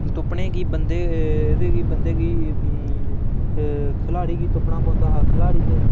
तुप्पने गी बंदे बंदे गी खलाड़ी गी तुप्पना पौंदा हा खलाड़ी गी